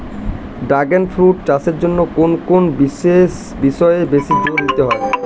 Dragon fruit চাষের জন্য কোন কোন বিষয়ে বেশি জোর দিতে হয়?